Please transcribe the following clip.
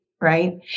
right